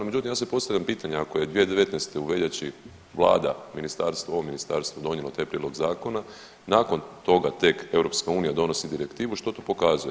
Međutim, ja sad postavljam pitanje, ako je 2019. u veljači vlada, ministarstvo ovo ministarstvo donijelo taj prijedlog zakona nakon toga tek EU donosi direktivu što to pokazuje?